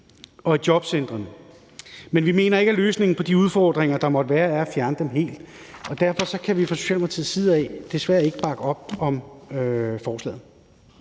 og af jobcentrene. Men vi mener ikke, at løsningen på de udfordringer, der måtte være, er at fjerne dem helt, og derfor kan vi fra Socialdemokratiets side desværre ikke bakke op om forslaget.